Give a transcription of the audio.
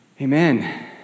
Amen